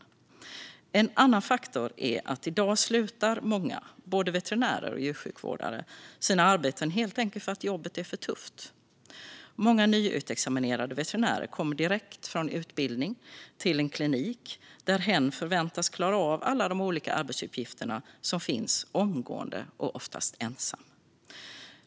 Ytterligare en faktor är i dag att många både veterinärer och djursjukvårdare slutar sina arbeten för att jobbet är för tufft. Många nyutexaminerade veterinärer kommer direkt från utbildning till en klinik där hen förväntas klara av alla de olika arbetsuppgifter som finns omgående och oftast ensam.